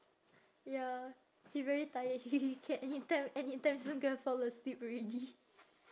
ya he very tired he can anytime anytime soon kan fall asleep already